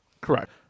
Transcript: Correct